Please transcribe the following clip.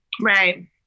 Right